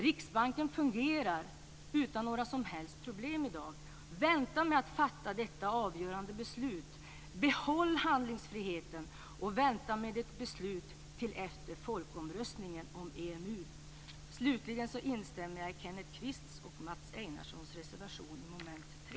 Riksbanken fungerar utan några som helst problem i dag. Vänta med att fatta detta avgörande beslut! Behåll handlingsfriheten och vänta med ett beslut till efter folkomröstningen om EMU! Slutligen instämmer jag i Kenneth Kvists och